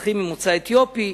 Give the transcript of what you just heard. אזרחים ממוצא אתיופי,